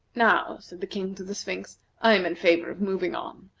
now, said the king to the sphinx, i am in favor of moving on.